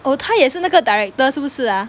oh 他也是那个 director 是不是 ah